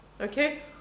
Okay